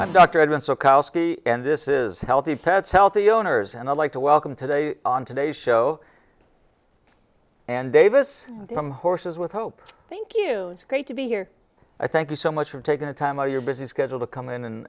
koski and this is healthy pets healthy owners and i'd like to welcome today on today show and davis some horses with hope thank you it's great to be here i thank you so much for taking the time of your busy schedule to come in and